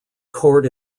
court